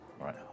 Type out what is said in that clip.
right